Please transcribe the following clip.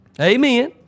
Amen